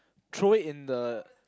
throw it in the